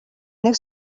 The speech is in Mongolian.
нэг